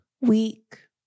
weak